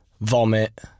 vomit